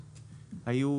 הפרמדיקים,